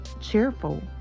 cheerful